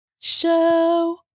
Show